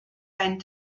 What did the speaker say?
ein